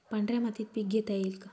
पांढऱ्या मातीत पीक घेता येईल का?